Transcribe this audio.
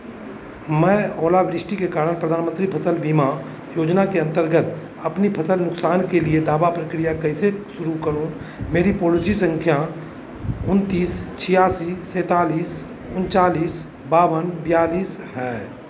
मैं ओलावृष्टि के कारण प्रधानमंत्री फ़सल बीमा योजना के अंतर्गत अपनी फ़सल नुकसान के लिए दावा प्रक्रिया कैसे शुरू करूँ मेरी पॉलिसी संख्या उनतीस छियासी सैंतालीस उनचालीस बावन बयालीस है